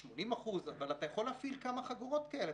80%, אבל אתה יכול להפעיל כמה חגורות כאלה.